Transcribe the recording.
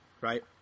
right